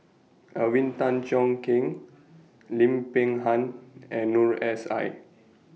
Alvin Tan Cheong Kheng Lim Peng Han and Noor S I